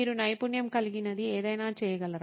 మీరు నైపుణ్యం కలిగినది ఏదైనా చేయగలరా